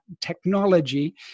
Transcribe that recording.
technology